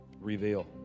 Reveal